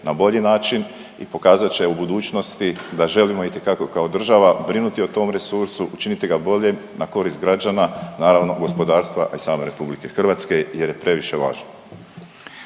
na bolji način i pokazat će u budućnosti da želimo itekako kao država brinuti o tom resursu, učiniti ga boljim na korist građana, naravno gospodarstva i same RH jer je previše važan.